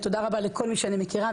תודה רבה לכל מי שאני מכירה,